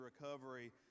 recovery